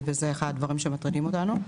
זה אחד הדברים שמטרידים אותנו.